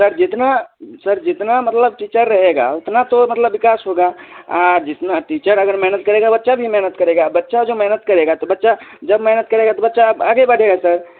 sir जितना sir जितना मतलब टीचर रहेगा उतना तो मतलब विकास होगा जितना टीचर अगर मेहनत करेगा बच्चा भी मेहनत करेगा बच्चा जो मेहनत करेगा तो बच्चा जब मेहनत करेगा तो बच्चा अब आगे बढ़ेगा सर